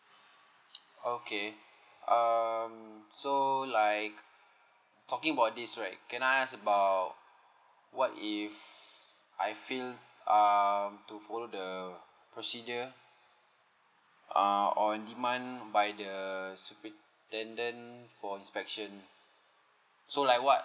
oh okay um so like talking about this right can I ask about what if I fail uh to follow the procedure uh on demand by the superintendent for inspection so like what